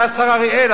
אתה השר אריאל,